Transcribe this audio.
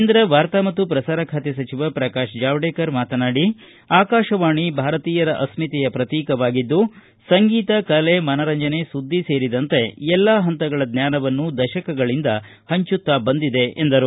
ಕೇಂದ್ರ ವಾರ್ತಾ ಮತ್ತು ಪ್ರಸಾರ ಖಾತೆ ಸಚಿವ ಪ್ರಕಾಶ್ ಜಾವಡೇಕರ್ ಮಾತನಾಡಿ ಆಕಾಶವಾಣಿ ಭಾರತೀಯರ ಅಸ್ಸಿತೆಯ ಪ್ರತೀಕವಾಗಿದ್ದು ಸಂಗೀತ ಕಲೆ ಮನರಂಜನೆ ಸುದ್ದಿ ಸೇರಿದಂತೆ ಎಲ್ಲಾ ಹಂತಗಳ ಜ್ವಾನವನ್ನು ದಶಕಗಳಿಂದ ಹಂಚುತ್ತಾ ಬಂದಿದೆ ಎಂದರು